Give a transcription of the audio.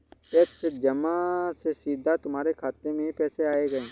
प्रत्यक्ष जमा से सीधा तुम्हारे खाते में ही पैसे आएंगे